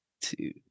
Two